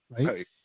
right